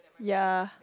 ya